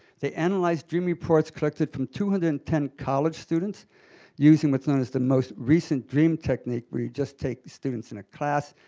they analysed and like dream reports collected from two hundred and ten college students using what's known as the most recent dream technique, where you just take the students in a class,